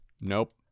Nope